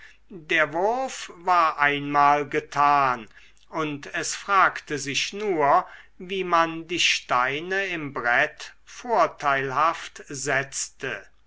der wurf war einmal getan und es fragte sich nur wie man die steine im brett vorteilhaft setzte